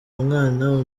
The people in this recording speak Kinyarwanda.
umwana